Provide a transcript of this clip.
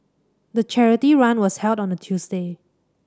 the charity run was held on a Tuesday